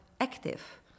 active